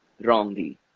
wrongly